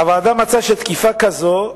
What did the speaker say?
הוועדה מצאה שתקיפה כזאת,